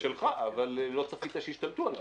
שלך, אבל לא צפית שישתלטו עליו.